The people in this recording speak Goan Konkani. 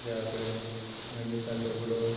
देवा कडेन मागीर साकर पुडो